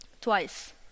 twice